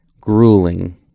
grueling